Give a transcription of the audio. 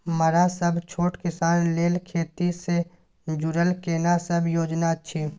मरा सब छोट किसान लेल खेती से जुरल केना सब योजना अछि?